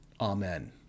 Amen